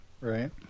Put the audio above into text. Right